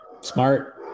Smart